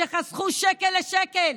שחסכו שקל לשקל.